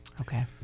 okay